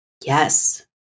Yes